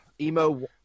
Emo